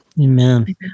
Amen